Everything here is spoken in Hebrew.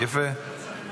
יפה.